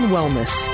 Wellness